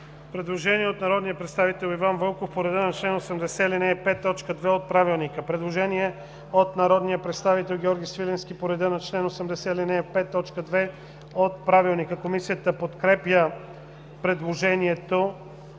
Предложение от народния представител Иван Вълков по реда на чл. 80, ал. 5, т. 2 от Правилника. Комисията подкрепя предложението.